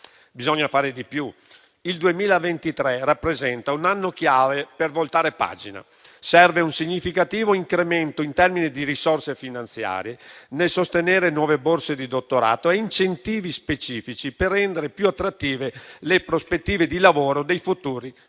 Bisogna fare di più: il 2023 rappresenta un anno chiave per voltare pagina. Servono un significativo incremento in termini di risorse finanziarie, nel sostenere nuove borse di dottorato, e incentivi specifici per rendere più attrattive le prospettive di lavoro dei futuri dottori